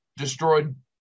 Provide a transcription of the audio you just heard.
destroyed